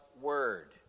Word